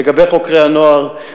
לגבי חוקרי הנוער,